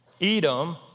Edom